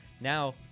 Now